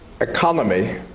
economy